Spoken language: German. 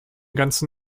ganzen